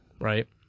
Right